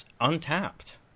Untapped